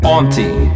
Auntie